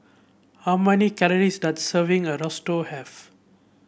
how many calories does a serving of Risotto have